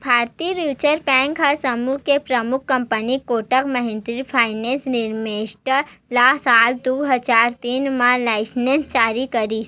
भारतीय reserve bank ह समूह के परमुख company Kotak Mahindra finance limited ल साल दू हजार तीन म लाइनेंस जारी करिस